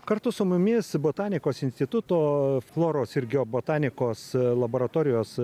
kartu su mumis botanikos instituto floros ir geobotanikos laboratorijos